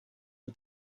the